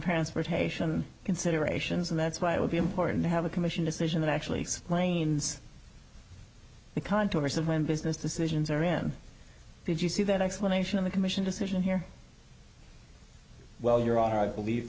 transportation considerations and that's why it would be important to have a commission decision that actually explains the contours of when business decisions are in did you see that explanation of the commission decision here well you're already believe